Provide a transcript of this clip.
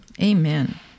Amen